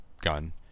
gun